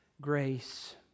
grace